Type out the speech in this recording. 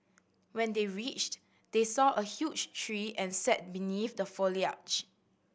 when they reached they saw a huge tree and sat beneath the foliage